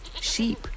sheep